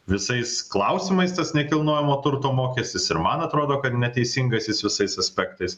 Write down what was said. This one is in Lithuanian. visais klausimais tas nekilnojamo turto mokestis ir man atrodo kad neteisingas jis visais aspektais